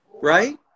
Right